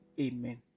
Amen